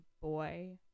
boy